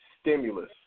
stimulus